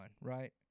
right